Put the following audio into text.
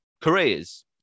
careers